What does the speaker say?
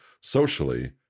socially